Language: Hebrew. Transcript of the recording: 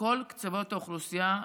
מכל קצות האוכלוסייה,